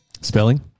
Spelling